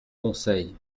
conseil